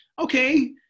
Okay